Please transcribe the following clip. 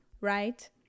right